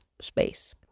space